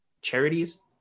charities